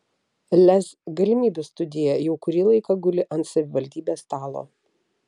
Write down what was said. lez galimybių studija jau kurį laiką guli ant savivaldybės stalo